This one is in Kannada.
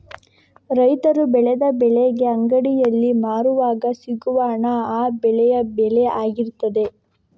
ರೈತರು ಬೆಳೆದ ಬೆಳೆಗೆ ಅಂಗಡಿಯಲ್ಲಿ ಮಾರುವಾಗ ಸಿಗುವ ಹಣ ಆ ಬೆಳೆಯ ಬೆಲೆ ಆಗಿರ್ತದೆ